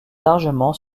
largement